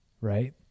right